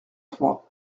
trois